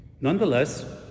Nonetheless